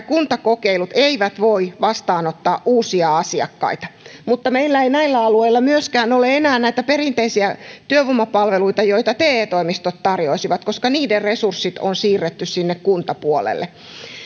kuntakokeilut eivät voi vastaanottaa uusia asiakkaita mutta meillä ei näillä alueilla myöskään ole enää näitä perinteisiä työvoimapalveluita joita te toimistot tarjoaisivat koska niiden resurssit on siirretty sinne kuntapuolelle